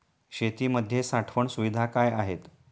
शेतीमध्ये साठवण सुविधा काय आहेत?